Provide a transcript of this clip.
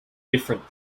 different